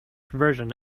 version